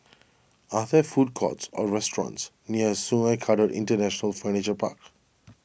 are there food courts or restaurants near Sungei Kadut International Furniture Park